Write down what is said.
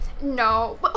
No